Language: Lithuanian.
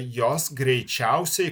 jos greičiausiai